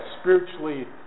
spiritually